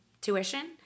tuition